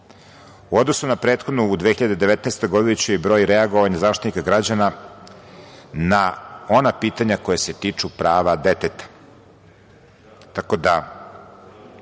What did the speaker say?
odnosu na prethodnu, 2019. …broj reagovanja Zaštitnika građana na ona pitanja koja se tiču prava deteta.